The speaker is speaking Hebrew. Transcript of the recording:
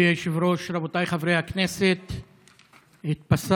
חבר הכנסת אבוטבול.